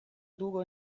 długo